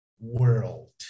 world